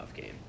game